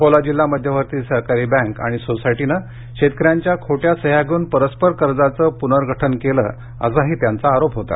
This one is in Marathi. अकोला जिल्हा मध्यवर्ती सहकारी बँक आणि सोसायटीने शेतकऱ्यांच्या खोट्या सह्या घेऊन परस्पर कर्जाचं पुनर्गठन केलं असाही त्यांचा आरोप होता